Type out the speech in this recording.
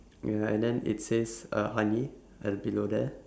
ya and then it says uh honey at the below there